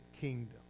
kingdom